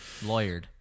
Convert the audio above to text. lawyered